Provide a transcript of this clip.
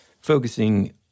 focusing